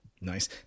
Nice